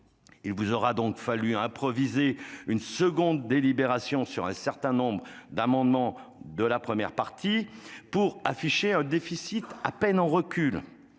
Il vous aura fallu improviser une seconde délibération portant sur un certain nombre d'amendements de la première partie pour afficher un déficit à peine en recul.